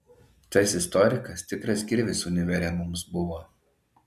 tas istorikas tikras kirvis univere mums buvo